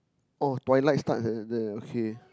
oh twilight start the the okay